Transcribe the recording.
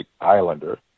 Islander